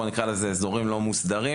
בוא נקרא לזה אזורים הלא מוסדרים.